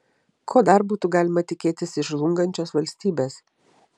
ko dar būtų galima tikėtis iš žlungančios valstybės